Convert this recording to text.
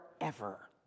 Forever